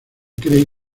cree